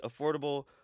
affordable